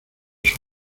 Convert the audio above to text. sus